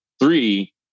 three